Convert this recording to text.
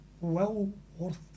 well-worth